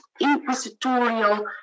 Inquisitorial